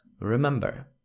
Remember